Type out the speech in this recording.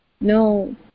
No